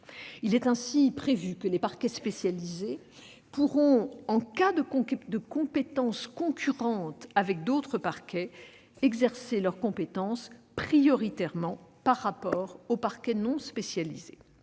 Il est ainsi prévu que les parquets spécialisés pourront, en cas de compétences concurrentes avec d'autres parquets, exercer leurs compétences prioritairement par rapport aux parquets non spécialisés.